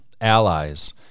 allies